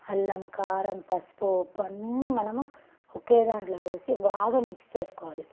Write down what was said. అల్లం కారం పసుపు ఉప్పు అన్నీ మనము ఒక దాంట్లో వేసి బాగా మిక్స్ చేసుకోవాలి